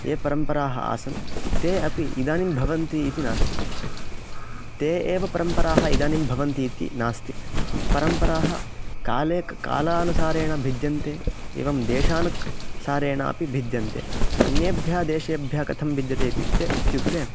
ये परम्पराः आसन् ते अपि इदानीं भवन्ति इति नास्ति ते एव परम्पराः इदानीं भवन्ति इति नास्ति परम्पराः काले कालानुसारेण भिद्यन्ते एवं देशानुसारेण अपि भिद्यन्ते अन्येभ्यः देशेभ्यः कथं भिद्यते इत्युक्ते इत्युक्ते